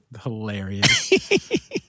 hilarious